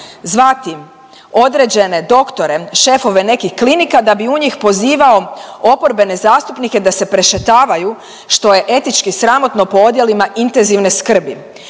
zvati određene doktore šefove nekih klinika da bi u njih pozivao oporbene zastupnike da se prešetavaju što je etički sramotno po odjelima intenzivne skrbi.